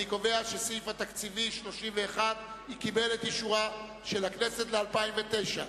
אני קובע שהסעיף התקציבי 31 קיבל את אישורה של הכנסת ל-2009.